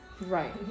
Right